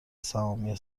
سهامی